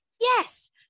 Yes